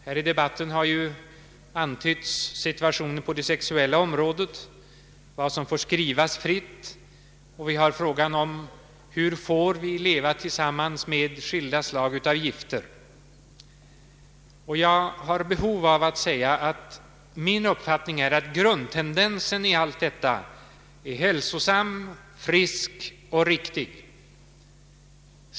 Här i debatten har antytts situationen på det sexuella området, vad som får skrivas fritt, hur vi får leva tillsammans med skilda slag av gifter, o. s. v. Jag har behov av att säga att min uppfattning är att grundtendensen i allt detta är hälsosam, frisk och riktig.